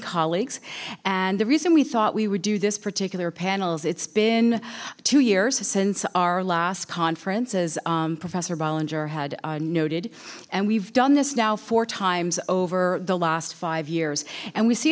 colleagues and the reason we thought we would do this particular panels it's been two years since our last conference as professor ballinger had noted and we've done this now four times over the last five years and we see